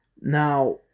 Now